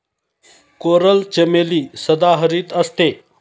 coral चमेली सदाहरित असते